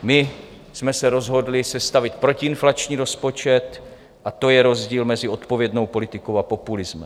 My jsme se rozhodli sestavit protiinflační rozpočet a to je rozdíl mezi odpovědnou politikou a populismem.